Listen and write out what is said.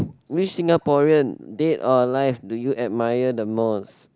which Singaporean dead or alive do you admire the most